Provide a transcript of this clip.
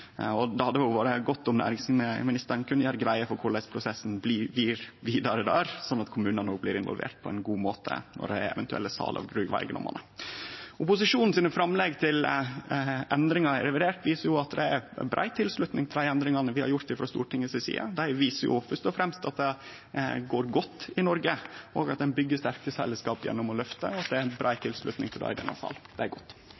Det hadde vore godt om næringsministeren kunne gjere greie for korleis prosessen blir vidare der, sånn at kommunane òg blir involverte på ein god måte når det er eventuelle sal av gruveeigedomane. Framlegga frå opposisjonen til endringar i revidert viser at det er brei tilslutning til dei endringane vi har gjort frå Stortinget si side. Dei viser fyrst og fremst at det går godt i Noreg, at ein byggjer sterkast fellesskap gjennom å løfte, og at det er ei brei tilslutning til det i denne salen. Det er godt.